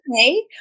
okay